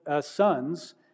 sons